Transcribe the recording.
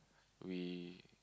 we